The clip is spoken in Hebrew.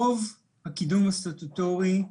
רוב הקידום הסטטוטורי,